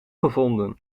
gevonden